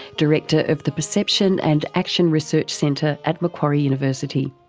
director of the perception and action research centre at macquarie university.